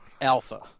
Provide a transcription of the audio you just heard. Alpha